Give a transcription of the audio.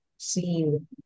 seen